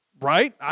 Right